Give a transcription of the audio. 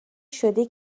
شده